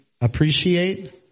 appreciate